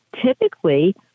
typically